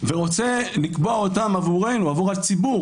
ורוצה לקבוע אותם עבורנו, עבור הציבור.